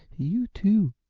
you, too.